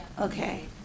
Okay